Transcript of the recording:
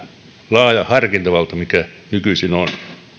laaja harkintavalta mikä nykyisin on